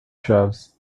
chaves